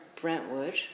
Brentwood